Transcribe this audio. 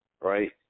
right